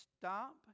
stop